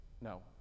no